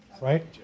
right